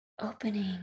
Opening